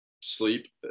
sleep